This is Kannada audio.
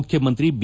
ಮುಖ್ಯಮಂತ್ರಿ ಬಿ